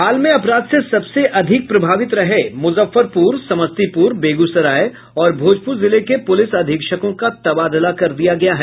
हाल में अपराध से सबसे अधिक प्रभावित रहे मुजफ्फरपुर समस्तीपुर बेगूसराय और भोजपुर जिले के पुलिस अधीक्षकों का तबादला कर दिया गया है